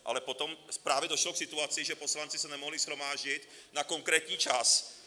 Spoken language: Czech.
Ale potom právě došlo k situaci, že poslanci se nemohli shromáždit na konkrétní čas.